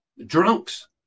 Drunks